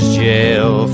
jail